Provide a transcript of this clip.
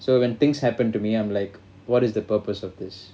so when things happen to me I'm like what is the purpose of this